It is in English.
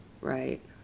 Right